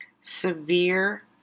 severe